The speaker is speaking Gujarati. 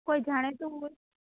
કોઈ જાણીતું હોય